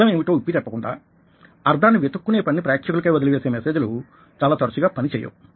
అర్థం ఏమిటో విప్పి చెప్పకుండా అర్ధాన్ని వెదుక్కునే పనిని ప్రేక్షకులకే వదిలివేసే మెసేజ్ లు చాలా తరచుగా పనిచేయవు